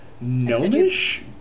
gnomish